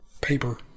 paper